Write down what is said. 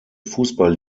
fußball